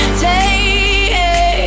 take